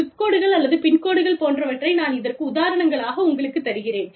zip கோடுகள் அல்லது pin கோடுகள் போன்றவற்றை நான் இதற்கு உதாரணங்களாக உங்களுக்குத் தருகிறேன்